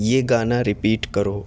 یہ گانا رپیٹ کرو